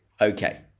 Okay